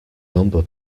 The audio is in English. number